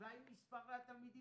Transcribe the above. והאם מספרי התלמידים